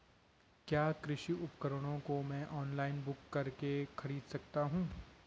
क्या कृषि उपकरणों को मैं ऑनलाइन बुक करके खरीद सकता हूँ?